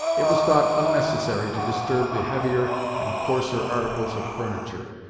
it was thought unnecessary to disturb the heavier and coarser articles of furniture,